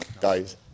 Guys